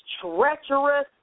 treacherous